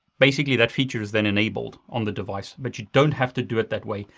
basically, that feature is then enabled on the device, but you don't have to do it that way.